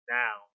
now